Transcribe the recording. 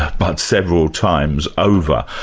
but several times over.